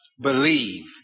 believe